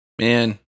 Man